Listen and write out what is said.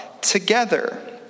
together